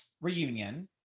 reunion